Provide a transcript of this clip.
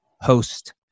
host